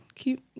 Keep